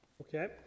Okay